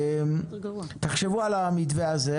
תחשבו על המתווה הזה.